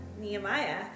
Nehemiah